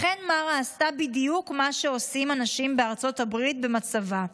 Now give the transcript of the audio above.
לכן מארה עשתה בדיוק מה שעושים אנשים בארצות הברית במצבה.